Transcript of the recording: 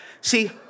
See